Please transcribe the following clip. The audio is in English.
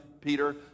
Peter